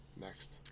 Next